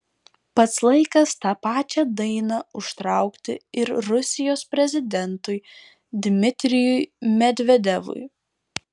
pats laikas tą pačią dainą užtraukti ir rusijos prezidentui dmitrijui medvedevui